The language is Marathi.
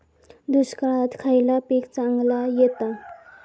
दुष्काळात खयला पीक चांगला येता?